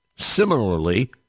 similarly